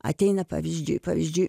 ateina pavyzdžiui pavyzdžiui